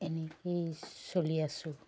এনেকেই চলি আছোঁ